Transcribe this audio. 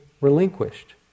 relinquished